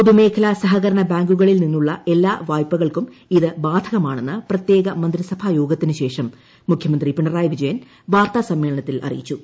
പൊതുമേഖലാ സഹകരണ ബാങ്കുകളിൽ നിന്നുള്ള എല്ലാ വായ്പകൾക്കും ഇത് ബാധകമാണെന്ന് പ്രത്യേക മന്ത്രിസഭാ യോഗത്തിനുശേഷം മുഖ്യമന്ത്രി പിണറായി വിജയൻ വാർത്താസമ്മേളനത്തിൽ അറിയിച്ചു